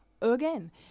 again